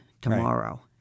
tomorrow